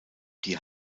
die